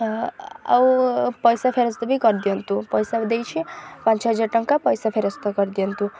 ଆଉ ପଇସା ଫେରସ୍ତ ବି କରିଦିଅନ୍ତୁ ପଇସା ଦେଇଛି ପାଞ୍ଚ ହଜାର ଟଙ୍କା ପଇସା ଫେରସ୍ତ କରିଦିଅନ୍ତୁ